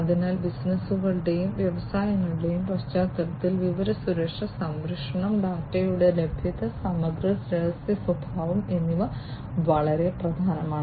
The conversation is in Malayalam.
അതിനാൽ ബിസിനസ്സുകളുടെയും വ്യവസായങ്ങളുടെയും പശ്ചാത്തലത്തിൽ വിവര സുരക്ഷ സംരക്ഷണം ഡാറ്റയുടെ ലഭ്യത സമഗ്രത രഹസ്യസ്വഭാവം എന്നിവ വളരെ പ്രധാനമാണ്